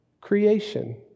Creation